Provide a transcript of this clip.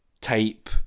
type